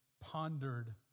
pondered